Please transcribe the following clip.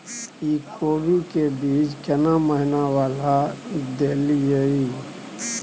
इ कोबी के बीज केना महीना वाला देलियैई?